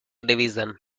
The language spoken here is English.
division